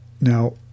Now